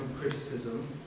criticism